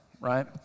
right